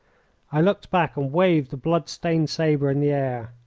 i looked back and waved the blood-stained sabre in the air.